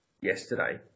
yesterday